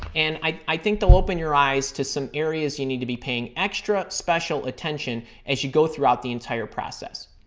and i think they'll open your eyes to some areas you need to be paying extra special attention as you go throughout the entire process.